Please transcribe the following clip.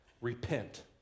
repent